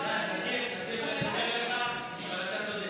גלעד, נדיר שאני אומר לך, אבל אתה צודק.